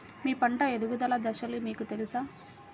మీ పంట ఎదుగుదల దశలు మీకు తెలుసా?